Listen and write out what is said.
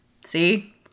See